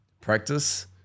practice